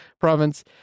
province